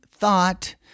thought